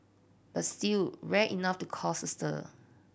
but still rare enough to causes a stir